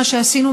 מה שעשינו,